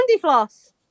floss